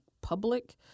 public